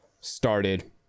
started